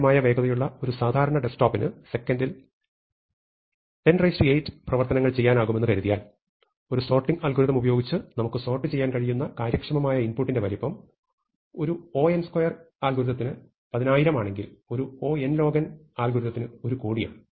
ന്യായമായ വേഗതയുള്ള ഒരു സാധാരണ ഡെസ്ക്ടോപ്പിന് സെക്കൻഡിൽ 108 പ്രവർത്തനങ്ങൾ ചെയ്യാനാകുമെന്ന് കരുതിയാൽ ഒരു സോർട്ടിംഗ് അൽഗോരിതം ഉപയോഗിച്ച് നമുക്ക് സോർട്ട് ചെയ്യാൻ കഴിയുന്ന കാര്യക്ഷമമായ ഇൻപുട്ടിന്റെ വലുപ്പം ഒരു O അൽഗോരിതത്തിന് 10000 ആണെങ്കിൽ ഒരു O അൽഗോരിതത്തിന് 1 കോടിയാണ്